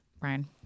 Brian